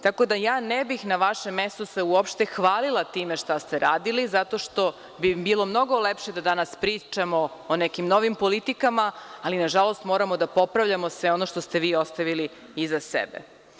Tako da, ja se ne bih na vašem mestu uopšte hvalila time šta ste radili, zato što bi mi bilo mnogo lepše da danas pričamo o nekim novim politikama, ali, nažalost, moramo da popravljamo sve ono što ste vi ostavili iza sebe.